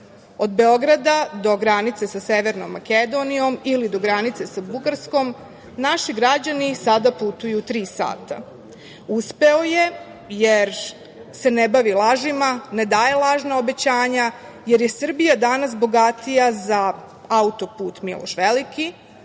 Od Beograda do granice sa Severnom Makedonijom ili do granice sa Bugarskom naši građani sada putuju tri sata. Uspeo je jer se ne bavi lažima, ne daje lažna obećanja, jer je Srbija danas bogatija za auto-put „Miloš Veliki“